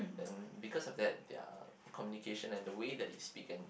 then because of that their communication and the way that they speak and